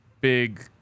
big